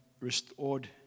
restored